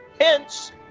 Hence